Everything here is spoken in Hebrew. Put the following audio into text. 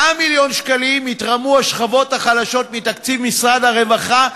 100 מיליון שקלים יתרמו השכבות החלשות מתקציב משרד הרווחה,